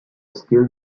still